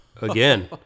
again